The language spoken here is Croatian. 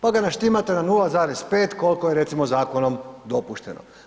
Pa ga naštimate na 0,5, koliko je recimo zakonom dopušteno.